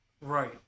Right